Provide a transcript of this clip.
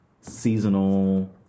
seasonal